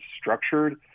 structured